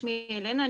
שמי ילנה,